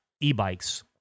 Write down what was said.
e-bikes